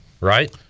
Right